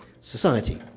society